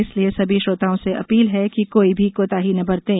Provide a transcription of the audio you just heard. इसलिए सभी श्रोताओं से अपील है कि कोई भी कोताही न बरतें